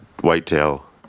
whitetail